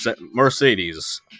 Mercedes